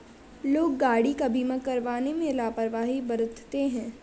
लोग गाड़ी का बीमा करवाने में लापरवाही बरतते हैं